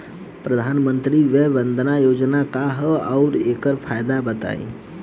प्रधानमंत्री वय वन्दना योजना का ह आउर एकर का फायदा बा?